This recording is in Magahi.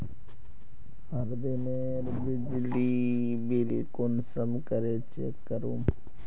हर दिनेर बिजली बिल कुंसम करे चेक करूम?